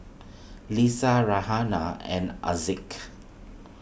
Lisa Raihana and Haziq